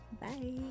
Bye